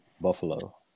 Buffalo